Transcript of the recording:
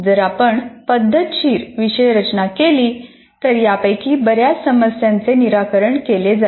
जर आपण पद्धतशीर विषय रचना केली तर यापैकी बर्याच समस्यांचे निराकरण केले जाईल